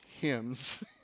hymns